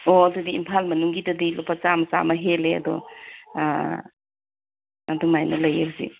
ꯑꯣ ꯑꯗꯨꯗꯤ ꯏꯝꯐꯥꯜ ꯃꯅꯨꯡꯒꯤꯗꯨꯗꯤ ꯂꯨꯄꯥ ꯆꯥꯝꯃ ꯆꯥꯝꯃ ꯍꯦꯜꯂꯦ ꯑꯗꯣ ꯑꯗꯨꯃꯥꯏꯅ ꯂꯩꯌꯦ ꯍꯧꯖꯤꯛ